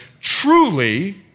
truly